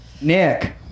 Nick